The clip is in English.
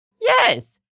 Yes